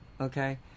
okay